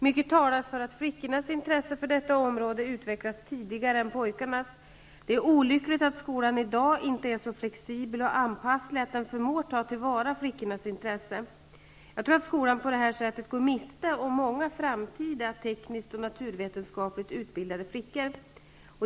Mycket talar för att flickornas intresse för detta område utvecklas tidigare än pojkarnas. Det är olyckligt att skolan i dag inte är så flexibel och anpasslig att den förmår ta tillvara flickornas intresse. Jag tror att skolan på detta sätt går miste om många framtida tekniskt och naturvetenskapligt utbildade flickor.